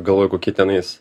galvoja kokie tenais